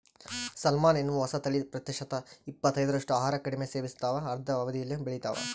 salmon ಎನ್ನುವ ಹೊಸತಳಿ ಪ್ರತಿಶತ ಇಪ್ಪತ್ತೈದರಷ್ಟು ಆಹಾರ ಕಡಿಮೆ ಸೇವಿಸ್ತಾವ ಅರ್ಧ ಅವಧಿಯಲ್ಲೇ ಬೆಳಿತಾವ